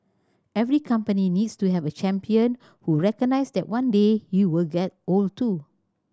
every company needs to have a champion who recognises that one day he will get old too